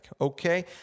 Okay